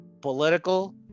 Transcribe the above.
Political